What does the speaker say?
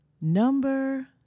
Number